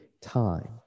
time